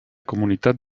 comunitat